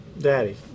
daddy